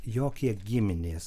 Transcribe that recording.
jokie giminės